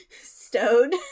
stowed